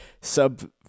sub